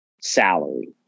salary